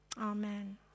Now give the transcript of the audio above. Amen